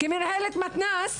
כמנהלת מתנ"ס,